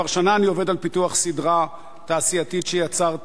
כבר שנה אני עובד על פיתוח סדרה תעשייתית שיצרתי,